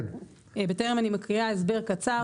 בטרם אני מקריאה, הסבר קצר.